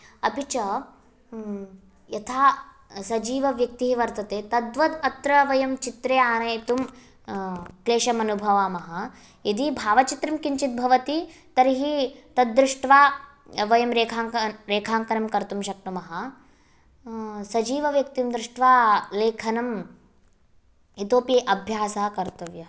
अपि च यथा सजीवव्यक्तिः वर्तते तद्वत् अत्र वयं चित्रे आनयितुं क्लेशम् अनुभवामः यदि भावचित्रं किञ्चित् भवति तर्हि तत् दृष्ट्वा वयं रेखाङ्क रेखाङ्कन्ं कर्तुं शक्नुमः सजीवव्यक्तिं दृष्ट्वा लेखनम् इतोपि अभ्यासः कर्तव्यः